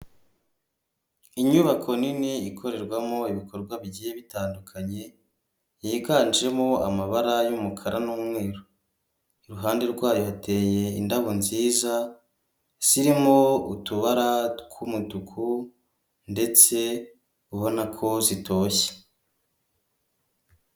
Inyubako nini ikorerwamo ibikorwa bigiye bitandukanye yiganjemo amabara y'umukara n'umweru, iruhande rwayo hateye indabo nziza zirimo utubara tw'umutuku ndetse ubona ko zitoshye.